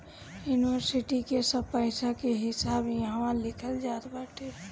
इन्वरसिटी के सब पईसा के हिसाब इहवा लिखल जात बाटे